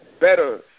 better